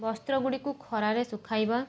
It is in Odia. ବସ୍ତ୍ରଗୁଡ଼ିକୁ ଖରାରେ ଶୁଖାଇବା